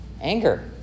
Anger